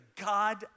God